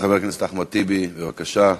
חבר הכנסת אחמד טיבי, בבקשה.